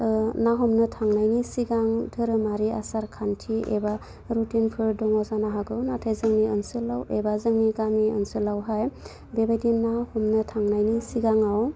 ना हमनो थांनायनि सिगां दोहोरोमारि आसारखान्थि एबा रुथिनफोर दङ जानो हागौ नाथाय जोंनि ओनसोलाव एबा जोंनि गामि ओनसोलावहाय बेबायदि ना हमनो थांनायनि सिगाङाव